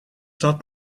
dat